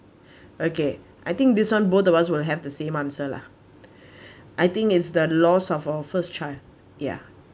okay I think this one both of us will have the same answer lah I think it's the loss of our first child ya